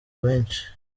benshi